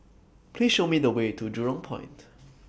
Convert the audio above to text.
Please Show Me The Way to Jurong Point